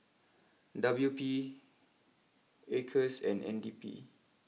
W P Acres and N D P